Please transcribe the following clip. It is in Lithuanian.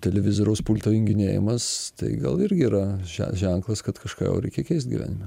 televizoriaus pulto junginėjimas tai gal irgi yra že ženklas kad kažką jau reikia keist gyvenime